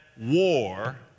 war